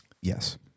Yes